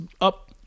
up